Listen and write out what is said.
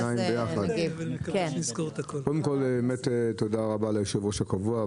תודה רבה ליושב-ראש הקבוע,